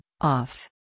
off